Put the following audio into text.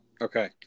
Okay